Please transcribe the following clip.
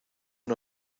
una